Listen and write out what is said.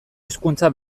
hizkuntza